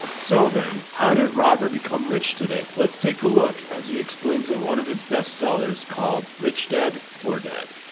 so then how did robert become rich today? let's take a look as he explains in one of his bestsellers called rich dad poor dad